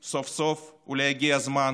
סוף-סוף תקציב, אולי הגיע הזמן,